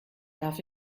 darf